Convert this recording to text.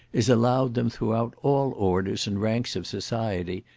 is allowed them throughout all orders and ranks of society,